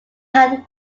had